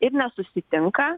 ir nesusitinka